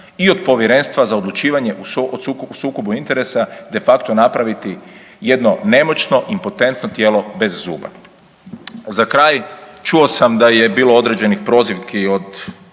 i od Povjerenstva za odlučivanje o sukobu interesa de facto napraviti jedno nemoćno, impotentno tijelo bez zuba. Za kraj, čuo sam da je bilo određenih prozivki od